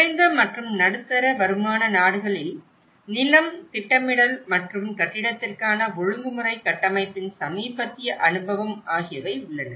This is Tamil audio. குறைந்த மற்றும் நடுத்தர வருமான நாடுகளில் நிலம் திட்டமிடல் மற்றும் கட்டடத்திற்கான ஒழுங்குமுறை கட்டமைப்பின் சமீபத்திய அனுபவம் ஆகியவை உள்ளன